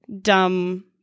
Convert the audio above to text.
dumb